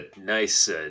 nice